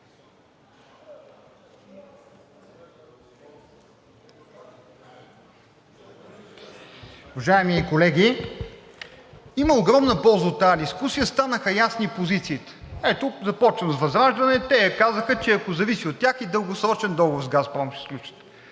Уважаеми колеги, има огромна полза от тази дискусия – станаха ясни позициите. Ето, започвам с ВЪЗРАЖДАНЕ. Те казаха, че ако зависи от тях, и дългосрочен договор с „Газпром“ ще сключат.